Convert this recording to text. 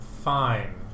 fine